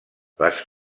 les